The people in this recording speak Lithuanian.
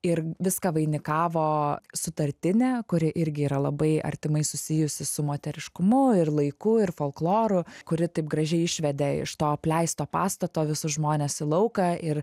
ir viską vainikavo sutartinė kuri irgi yra labai artimai susijusi su moteriškumu ir laiku ir folkloru kuri taip gražiai išvedė iš to apleisto pastato visus žmones į lauką ir